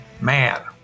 Man